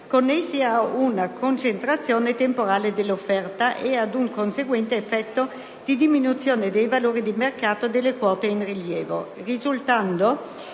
connessi a una concentrazione temporale dell'offerta e ad un conseguente effetto di diminuzione dei valori di mercato delle quote in rilievo, risultando